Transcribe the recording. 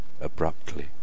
Abruptly